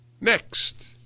Next